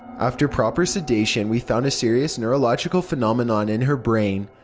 after proper sedation we found a serious neurological phenomenom in her brain,